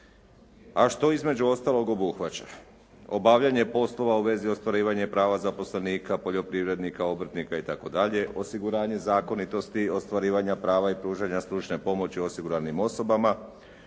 a što između ostalog obuhvaća: obavljanje poslova u vezi ostvarivanja i prava zaposlenika, poljoprivrednika, obrtnika i tako dalje, osiguranje zakonitosti, ostvarivanja prava i pružanja stručne pomoći osiguranim osobama,